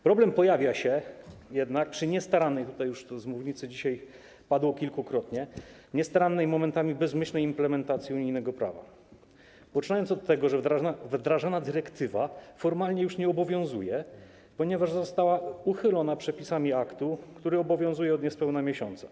Problem pojawia się jednak przy niestarannej - to z mównicy dzisiaj padło już kilkukrotnie - i momentami bezmyślnej implementacji unijnego prawa, poczynając od tego, że wdrażana dyrektywa formalnie już nie obowiązuje, ponieważ została uchylona przepisami aktu, który obowiązuje od niespełna miesiąca.